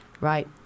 right